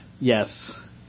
Yes